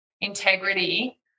integrity